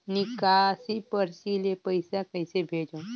निकासी परची ले पईसा कइसे भेजों?